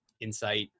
insight